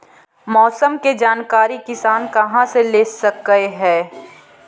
मौसम के जानकारी किसान कहा से ले सकै है?